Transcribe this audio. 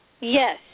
Yes